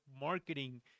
marketing